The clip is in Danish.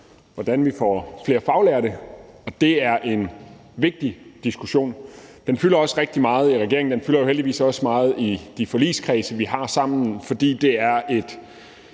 hvordan vi får flere faglærte, og det er en vigtig diskussion. Den fylder også rigtig meget i regeringen, og den fylder heldigvis også meget i de forligskredse, vi har sammen, fordi det er et